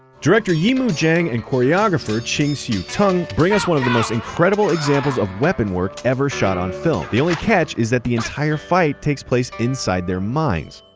director yimou zhang and choreographer ching siu-tung bring us one of the most incredible examples of weapon work ever shot on film. the only catch is that the entire fight takes place inside their minds.